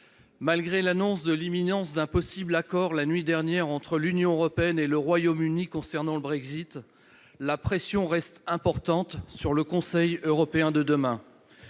Malgré l'annonce de l'imminence d'un possible accord la nuit dernière entre l'Union européenne et le Royaume-Uni concernant le Brexit, la pression qui pèse sur le Conseil européen de demain